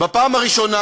בפעם הראשונה,